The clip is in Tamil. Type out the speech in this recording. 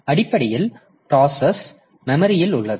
அடிப்படையில் ப்ராசஸ் மெமரியில் உள்ளது